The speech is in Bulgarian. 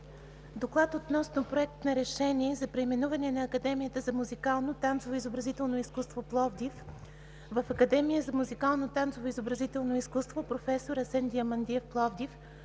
„ДОКЛАД относно Проект на решение за преименуване на Академията за музикално, танцово и изобразително изкуство – Пловдив, в Академия за музикално, танцово и изобразително изкуство „Професор Асен Диамандиев“ – Пловдив,